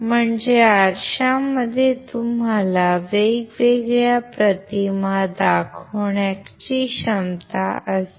म्हणजे आरशामध्ये तुम्हाला वेगवेगळ्या प्रतिमा दाखवण्याची क्षमता असते